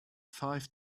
five